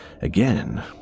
again